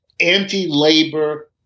anti-labor